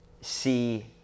see